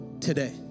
today